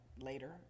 later